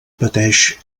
pateix